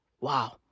Wow